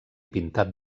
pintat